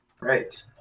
right